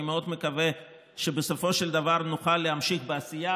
אני מאוד מקווה שבסופו של דבר נוכל להמשיך בעשייה,